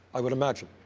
i would imagine.